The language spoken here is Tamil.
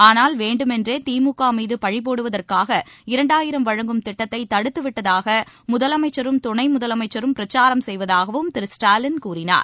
ஆனால் வேண்டுமென்றே திமுக மீது பழி போடுவதற்காக இரண்டாயிரம் வழங்கும் திட்டத்தை தடுத்து விட்டதாக முதலமைச்சரும் துணை முதலமைச்சரும் பிரச்சாரம் செய்வதாகவும் திரு ஸ்டாலின் கூறினார்